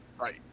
Right